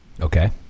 Okay